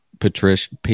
patricia